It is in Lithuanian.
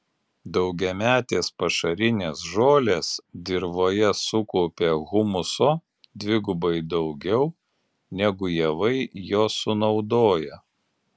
daugiametės pašarinės žolės dirvoje sukaupia humuso dvigubai daugiau negu javai jo sunaudoja